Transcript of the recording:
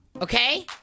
Okay